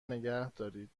نگهدارید